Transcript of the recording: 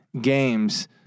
games